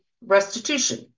restitution